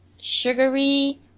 sugary